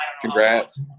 congrats